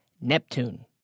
Neptune